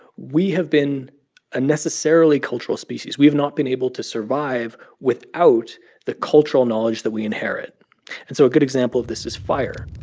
we have been a necessarily cultural species. we have not been able to survive without the cultural knowledge that we inherit and so a good example of this is fire.